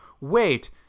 wait